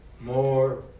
More